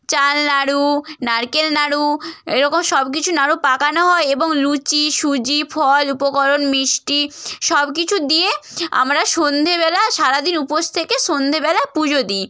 চাল নাড়ু নারকেল নাড়ু এরকম সব কিছু নাড়ু পাকানো হয় এবং লুচি সুজি ফল উপকরণ মিষ্টি সব কিছু দিয়ে আমরা সন্ধ্যেবেলা সারাদিন উপোস থেকে সন্ধ্যেবেলা পুজো দিই